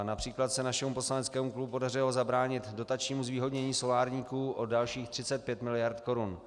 Například se našemu poslaneckému klubu podařilo zabránit dotačnímu zvýhodnění solárníků o dalších 35 mld. korun.